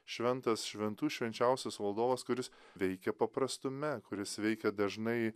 šventas šventų švenčiausias valdovas kuris veikė paprastume kuris veikia dažnai